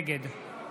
נגד